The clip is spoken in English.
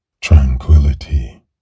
tranquility